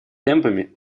темпами